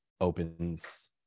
opens